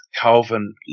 calvin